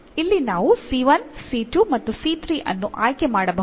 ಇಲ್ಲಿ ನಾವು ಮತ್ತು ಅನ್ನು ಆಯ್ಕೆ ಮಾಡಬಹುದು